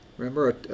Remember